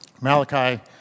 Malachi